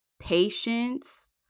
patience